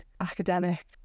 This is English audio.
academic